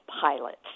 pilots